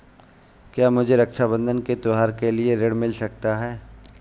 क्या मुझे रक्षाबंधन के त्योहार के लिए ऋण मिल सकता है?